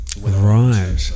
right